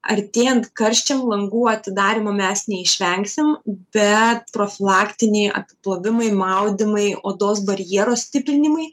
artėjant karščiam langų atidarymo mes neišvengsim bet profilaktiniai apiplovimai maudymai odos barjero stiprinimai